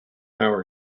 hour